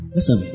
Listen